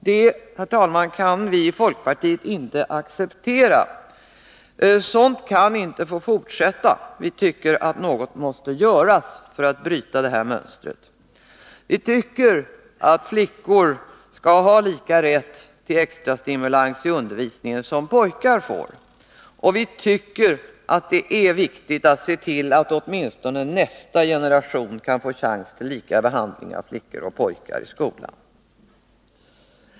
Det kan vii folkpartiet inte acceptera. Sådant kan inte få fortsätta; något måste göras för att bryta det mönstret. Vi tycker att flickor skall ha lika rätt till extrastimulans i undervisningen som pojkar. Och vi tycker att det är viktigt att se till att åtminstone nästa generation kan få chans till lika behandling av flickor och pojkar i skolan.